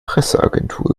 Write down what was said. presseagentur